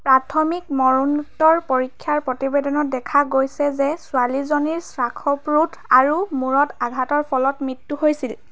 প্ৰাথমিক মৰণোত্তৰ পৰীক্ষাৰ প্ৰতিবেদনত দেখা গৈছে যে ছোৱালীজনীৰ শ্বাসৱৰোধ আৰু মূৰত আঘাটৰ ফলত মৃত্যু হৈছিল